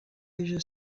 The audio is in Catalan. eix